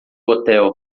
hotel